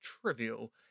trivial